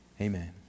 Amen